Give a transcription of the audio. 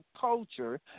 culture